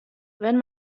wenn